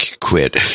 quit